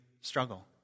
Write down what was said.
struggle